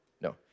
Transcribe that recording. no